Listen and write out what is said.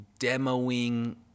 demoing